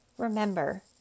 Remember